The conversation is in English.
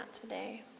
today